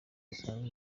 risanzwe